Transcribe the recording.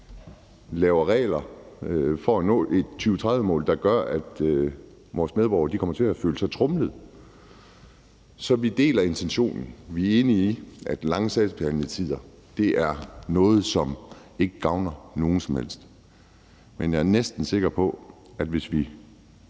vi ikke for at nå et 2030-mål laver regler, der gør, at vores medborgere kommer til at føle sig tromlet. Så vi deler intentionen. Vi er enige i, at lange sagsbehandlingstider er noget, som ikke gavner nogen som helst. Men jeg er næsten sikker på, at hvis vi